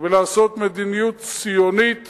ולעשות מדיניות ציונית